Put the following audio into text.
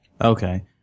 Okay